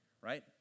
Right